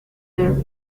are